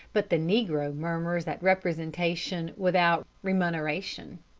but the negro murmurs at representation without remuneration.